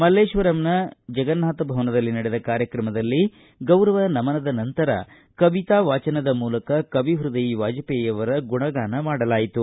ಮಲ್ಲೇಶ್ವರಂನ ಜಗನ್ನಾಥ ಭವನದಲ್ಲಿ ನಡೆದ ಕಾರ್ಯಕ್ರಮದಲ್ಲಿ ಗೌರವ ನಮನದ ನಂತರ ಕವಿತೆ ವಾಜನದ ಮೂಲಕ ಕವಿ ಹ್ವದಯಿ ವಾಜಪೇಯಿಯವರ ಗುಣಗಾನ ಮಾಡಲಾಯಿತು